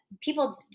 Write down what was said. people